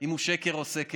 אם הוא שקר או סקר?